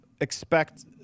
expect